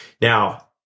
Now